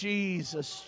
Jesus